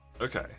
Okay